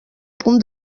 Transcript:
punt